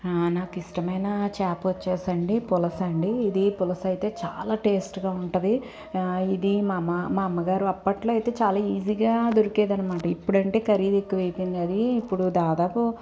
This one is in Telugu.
నాకు ఇష్టమైన చేప వచ్చేసి అండి పులస అండి ఇది పులస అయితే చాలా టేస్ట్గా ఉంటుంది ఇది మామ మా అమ్మగారు అప్పట్లో అయితే చాలా ఈజీగా దొరికేదనమాట ఇప్పుడైతే ఖరీదు ఎక్కువైపోయింది అది ఇప్పుడు దాదాపు